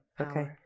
Okay